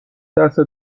دستت